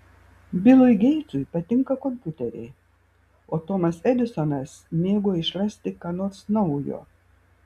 bilui geitsui patinka kompiuteriai o tomas edisonas mėgo išrasti ką nors naujo